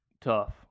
Tough